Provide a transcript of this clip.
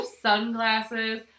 sunglasses